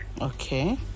Okay